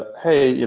ah hey, yeah